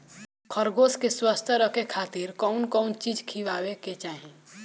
खरगोश के स्वस्थ रखे खातिर कउन कउन चिज खिआवे के चाही?